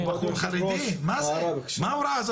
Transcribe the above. מה ההוראה הזאת?